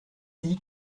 dit